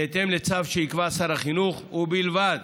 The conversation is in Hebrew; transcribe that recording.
בהתאם לצו שיקבע שר החינוך, ובלבד